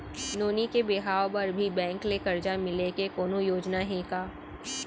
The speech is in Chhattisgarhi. नोनी के बिहाव बर भी बैंक ले करजा मिले के कोनो योजना हे का?